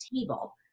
table